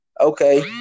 okay